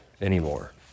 anymore